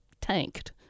tanked